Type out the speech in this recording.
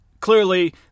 Clearly